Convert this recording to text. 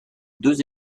deux